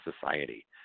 Society